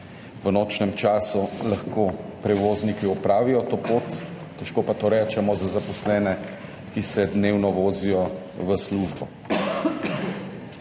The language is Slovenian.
v nočnem času prevozniki opravijo to pot, težko pa to rečemo za zaposlene, ki se dnevno vozijo v službo.